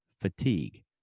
fatigue